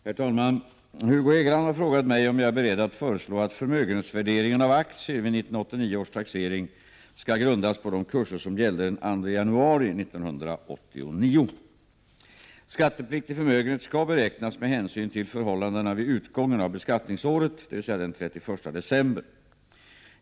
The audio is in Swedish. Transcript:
Herr talman! Hugo Hegeland har frågat mig om jag är beredd att föreslå att förmögenhetsvärderingen av aktier vid 1989 års taxering skall grundas på de kurser som gällde den 2 januari 1989. Skattepliktig förmögenhet skall beräknas med hänsyn till förhållandena vid utgången av beskattningsåret, dvs. den 31 december.